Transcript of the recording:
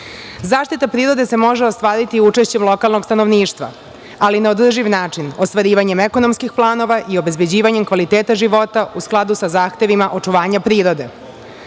strane.Zaštita prirode se može ostvariti učešćem lokalnog stanovništva, ali na održiv način - ostvarivanjem ekonomskih planova i obezbeđivanjem kvaliteta života, u skladu sa zahtevima očuvanja